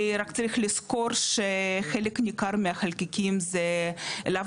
רק צריך לזכור שחלק ניכר מהחלקיקים זה לאו